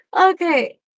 Okay